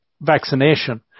vaccination